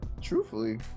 truthfully